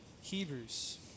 Hebrews